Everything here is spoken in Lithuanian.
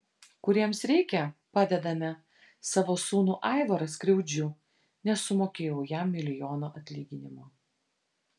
kuriems reikia padedame savo sūnų aivarą skriaudžiu nesumokėjau jam milijono atlyginimo